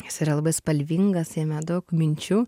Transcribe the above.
jis yra labai spalvingas jame daug minčių